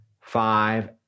five